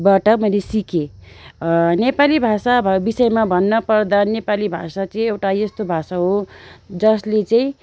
बाट मैले सिकेँ नेपाली भाषा विषयमा भन्न पर्दा नेपाली भाषा चाहिँ एउटा यस्तो भाषा हो जसले चाहिँ